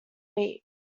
week